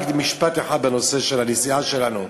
רק משפט בנושא של הנסיעה שלנו,